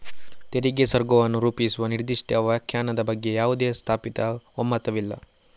ತೆರಿಗೆ ಸ್ವರ್ಗವನ್ನು ರೂಪಿಸುವ ನಿರ್ದಿಷ್ಟ ವ್ಯಾಖ್ಯಾನದ ಬಗ್ಗೆ ಯಾವುದೇ ಸ್ಥಾಪಿತ ಒಮ್ಮತವಿಲ್ಲ